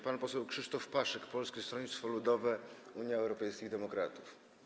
Pan poseł Krzysztof Paszyk, Polskie Stronnictwo Ludowe - Unia Europejskich Demokratów.